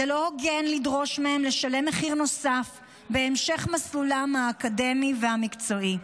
זה לא הוגן לדרוש מהם לשלם מחיר נוסף בהמשך מסלולם האקדמי והמקצועי.